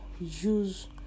use